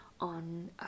on